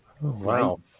wow